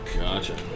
Gotcha